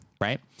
right